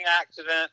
accident